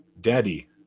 Daddy